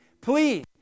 Please